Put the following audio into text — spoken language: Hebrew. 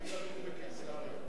הולכים לגור בקיסריה.